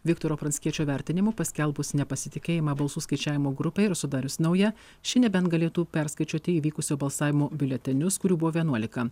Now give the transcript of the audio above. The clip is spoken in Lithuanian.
viktoro pranckiečio vertinimu paskelbus nepasitikėjimą balsų skaičiavimo grupę ir sudarius naują ši nebent galėtų perskaičiuoti įvykusio balsavimo biuletenius kurių buvo vienuolika